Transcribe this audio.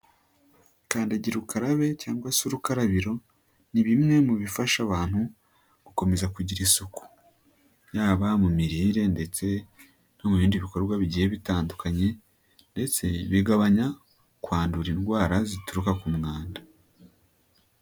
Kandagiraukarabe cyangwa se urukarabiro ni bimwe mu bifasha abantu gukomeza kugira isuku yaba mu mirire ndetse no mu bindi bikorwa bigiye bitandukanye ndetse bigabanya kwandura indwara zituruka ku mwanda.